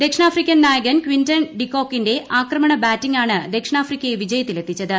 ദക്ഷിണാഫ്രിക്കൻ നായകൻ കിന്റൻ ഡിക്കോക്കിന്റെ ആക്രമണ ബാറ്റിങ്ങാണ് ദക്ഷിണാഫ്രിക്കയ്ക്ക് വിജയത്തിൽ എത്തിച്ചത്